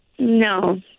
no